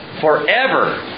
Forever